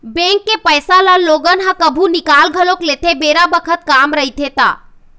bank के पइसा ल लोगन ह कभु निकाल घलोक लेथे बेरा बखत काम रहिथे ता